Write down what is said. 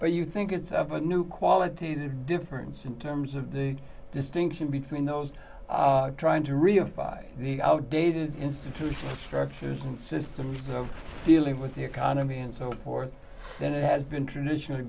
where you think it's of a new quality difference in terms of the distinction between those trying to reify the outdated institutional structures and systems of dealing with the economy and so forth and it has been traditionally